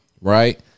Right